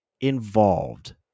involved